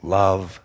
love